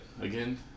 again